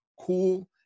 cool